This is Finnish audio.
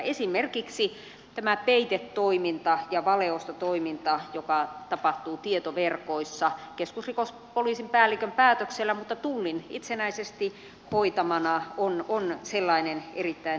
esimerkiksi tämä peitetoiminta ja valeostotoiminta joka tapahtuu tietoverkoissa keskusrikospoliisin päällikön päätöksellä mutta tullin itsenäisesti hoitamana on sellainen erittäin tärkeä alue